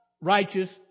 righteous